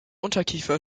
unterkiefer